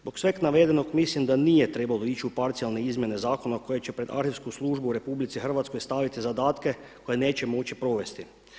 Zbog svega navedenog mislim da nije trebalo ići u parcijalne izmjene zakona koje će pred arhivsku službu u RH staviti zadatke koje neće moći provesti.